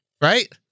Right